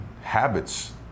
habits